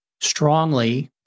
strongly